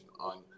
on